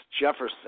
Jefferson